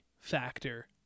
factor